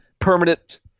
permanent